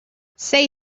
say